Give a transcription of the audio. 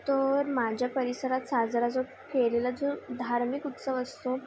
तर माझ्या परिसरात साजरा जो केलेला जो धार्मिक उत्सव असतो